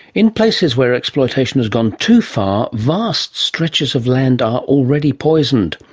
in places where exploitation has gone too far, vast stretches of land are already poisoned.